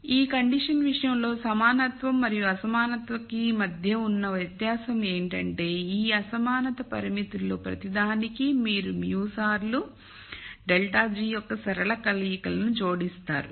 కాబట్టి ఈ కండిషన్ విషయంలో సమానత్వం మరియు అసమానత కి మధ్య ఉన్న వ్యత్యాసం ఏమిటంటే ఈ అసమానత పరిమితుల్లో ప్రతిదానికి మీరు μ సార్లు δ g యొక్క సరళ కలయికలను జోడిస్తారు